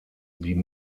die